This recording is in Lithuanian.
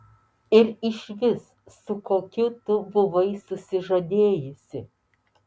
ir išvis su kokiu tu buvai susižadėjusi